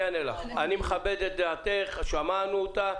אני מכבד את דעתך, שמענו אותה.